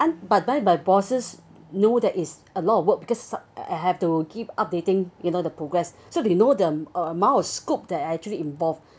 but by my bosses know that is a lot of work because I I have to keep updating you know the progress so they know the a~amount of scope that actually involved